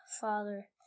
Father